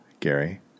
Gary